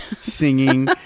singing